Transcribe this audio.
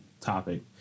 topic